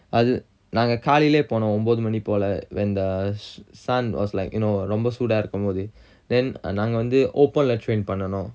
அது நாங்க காலையிலேயே போனம் ஒம்பது மணி போல:athu nanga kalayilaye ponam ombathu mani pola when the sun was like you know ரொம்ப சூடா இருக்கும் போது:romba sooda irukkum pothu then நாங்க வந்து:nanga vanthu open lah train பண்ணனும்:pannanum